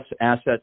assets